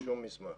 שום מסמך.